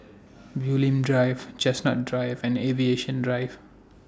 Bulim Drive Chestnut Drive and Aviation Drive